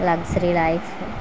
luxury life